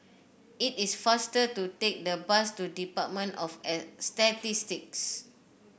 it is faster to take the bus to Department of as Statistics